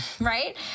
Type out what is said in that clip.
right